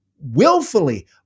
Willfully